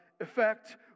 effect